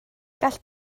gall